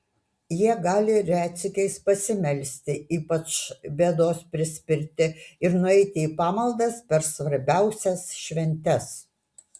jie gali retsykiais pasimelsti ypač bėdos prispirti ir nueiti į pamaldas per svarbiausias šventes